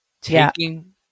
Taking